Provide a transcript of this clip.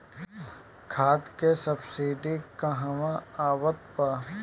खाद के सबसिडी क हा आवत बा?